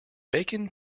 bacon